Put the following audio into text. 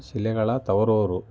ಶಿಲೆಗಳ ತವರೂರು